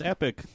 Epic